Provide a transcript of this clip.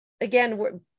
again